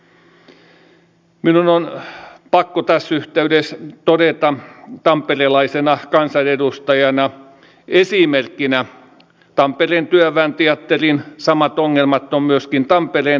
minun on pakko tässä yhteydessä todeta tamperelaisena kansanedustajana esimerkkinä tampereen työväen teatterin ongelmat samat ongelmat ovat myöskin tampereen teatterissa